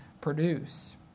produce